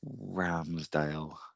Ramsdale